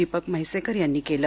दिपक म्हैसेकर यांनी केलं